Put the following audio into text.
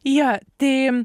jo tai